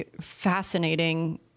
Fascinating